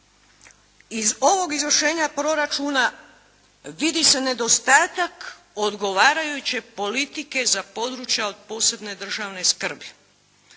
Iz ovog izvršenja proračuna vidi se nedostatak odgovarajuće politike za područja od posebne državne skrbi.